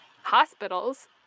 Hospitals